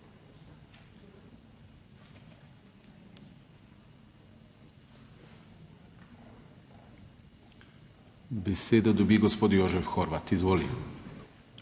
Besedo dobi gospod Jožef Horvat, izvolite.